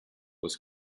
was